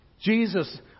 Jesus